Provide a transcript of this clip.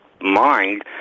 mind